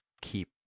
keep